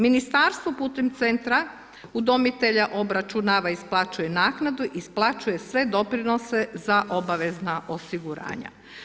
Ministarstvo putem centra udomitelja obračunava i isplaćuje naknadu, isplaćuje sve doprinose za obavezna osiguranja.